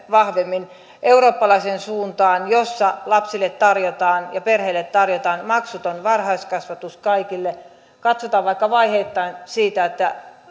vahvemmin eurooppalaiseen suuntaan jossa lapsille tarjotaan ja perheille tarjotaan maksuton varhaiskasvatus kaikille katsotaan vaikka vaiheittain siitä että